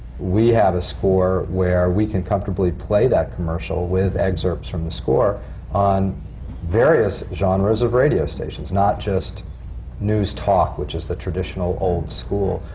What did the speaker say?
we have a score where we can comfortably play that commercial with excerpts from the score on various genres of radio stations. not just news talk, which is the traditional, old school.